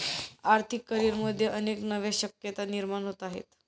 आर्थिक करिअरमध्ये अनेक नव्या शक्यता निर्माण होत आहेत